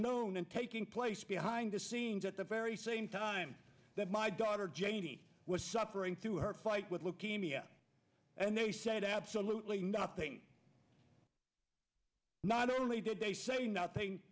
known in taking place behind the scenes at the very same time that my daughter j t was suffering through her fight with leukemia and they said absolutely nothing not only did they say nothing